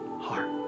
heart